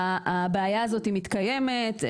הבעיה הזאת מתקיימת,